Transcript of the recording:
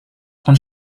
von